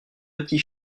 petit